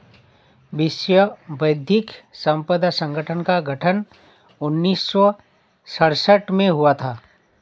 विश्व बौद्धिक संपदा संगठन का गठन उन्नीस सौ सड़सठ में हुआ था